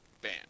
ban